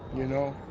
you know?